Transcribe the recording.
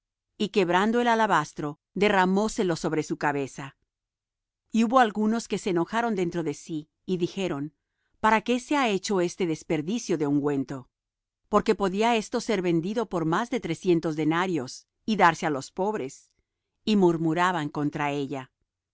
y quebrando el alabastro derramóselo sobre su cabeza y hubo algunos que se enojaron dentro de sí y dijeron para qué se ha hecho este desperdicio de ungüento porque podía esto ser vendido por más de trescientos denarios y darse á los pobres y murmuraban contra ella